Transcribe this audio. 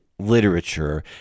literature